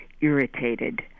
irritated